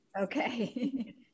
okay